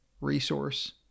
resource